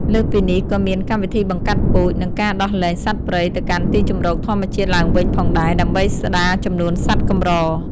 លើសពីនេះ ក៏មានកម្មវិធីបង្កាត់ពូជ និងការដោះលែងសត្វព្រៃទៅកាន់ទីជម្រកធម្មជាតិឡើងវិញផងដែរ ដើម្បីស្តារចំនួនសត្វកម្រ។